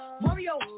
Mario